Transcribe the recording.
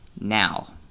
now